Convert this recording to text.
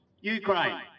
Ukraine